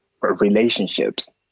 relationships